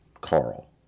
Carl